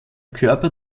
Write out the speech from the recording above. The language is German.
körper